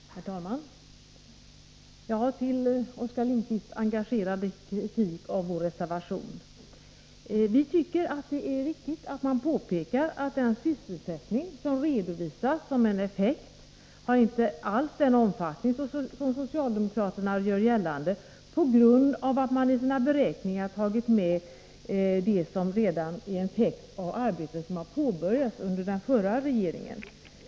Herr talman! Jag vill här ta upp Oskar Lindkvists engagerade kritik av vår — Fy; bostadsförbättreservation. Vi tycker att man bör påpeka att den sysselsättningseffekt som redovisas inte alls har den omfattning som socialdemokraterna gör gällande. Man har i sina beräkningar tagit med sådant som är en effekt av arbete som redan påbörjats under den förra regeringen.